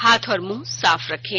हाथ और मुंह साफ रखें